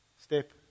step